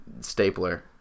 Stapler